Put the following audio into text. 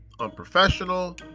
unprofessional